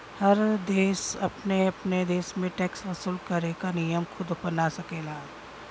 हर देश अपने अपने देश में टैक्स वसूल करे क नियम खुद बना सकेलन